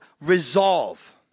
resolve